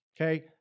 Okay